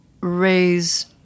raise